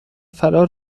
فرا